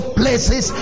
places